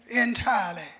entirely